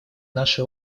наши